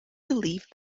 believed